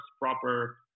proper